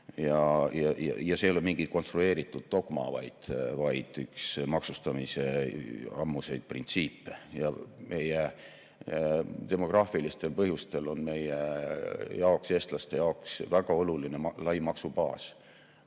See ei ole mingi konstrueeritud dogma, vaid üks maksustamise ammuseid printsiipe. Demograafilistel põhjustel on meie jaoks, eestlaste jaoks väga oluline lai maksubaas.